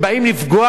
הלכה למעשה.